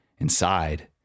inside